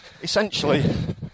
Essentially